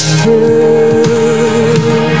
true